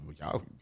y'all